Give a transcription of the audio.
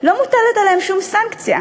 לא מוטלת עליהם שום סנקציה.